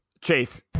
Chase